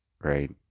right